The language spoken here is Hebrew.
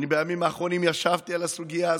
בימים האחרונים ישבתי על הסוגיה הזאת,